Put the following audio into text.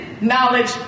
knowledge